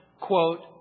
quote